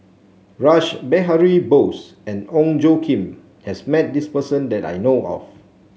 Rash Behari Bose and Ong Tjoe Kim has met this person that I know of